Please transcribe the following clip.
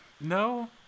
No